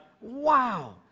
Wow